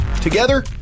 Together